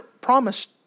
promised